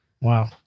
Wow